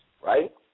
right